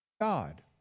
God